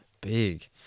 Big